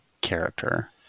character